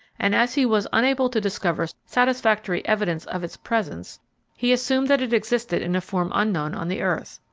and as he was unable to discover satisfactory evidence of its presence he assumed that it existed in a form unknown on the earth.